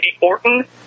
Orton